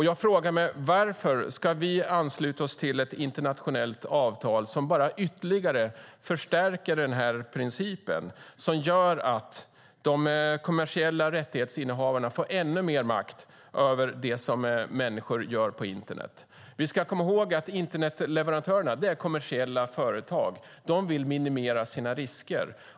Jag frågar mig: Varför ska vi ansluta oss till ett internationellt avtal som bara ytterligare förstärker den här principen som gör att de kommersiella rättighetsinnehavarna får ännu mer makt över det som människor gör på internet? Vi ska komma ihåg att internetleverantörerna är kommersiella företag. De vill minimera sina risker.